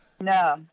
No